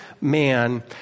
man